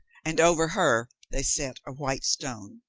and over her they set a white stone